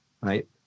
right